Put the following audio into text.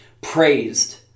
praised